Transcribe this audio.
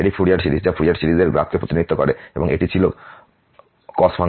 এটি Fourier series যা ফুরিয়ার সিরিজের গ্রাফকে প্রতিনিধিত্ব করে এবং এটি ছিল কোস ফাংশন